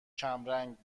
کمرنگ